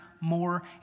more